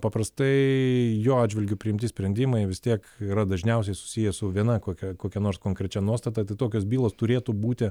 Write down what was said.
paprastai jo atžvilgiu priimti sprendimai vis tiek yra dažniausiai susiję su viena kokia kokia nors konkrečia nuostata tai tokios bylos turėtų būti